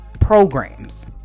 programs